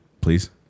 Please